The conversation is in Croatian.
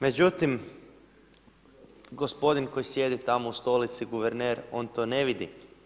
Međutim, gospodin koji sjedi tamo u stolici, guverner, on to ne vidi.